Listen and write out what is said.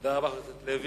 תודה רבה, חברת הכנסת לוי.